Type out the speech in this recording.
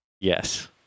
Yes